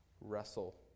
wrestle